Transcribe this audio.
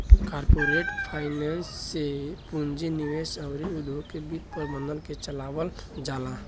corporate finance से पूंजी निवेश अउर उद्योग के वित्त प्रबंधन के चलावल जाला